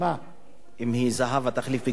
אם זהבה תחליף,